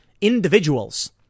individuals